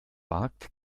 wagt